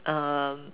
uh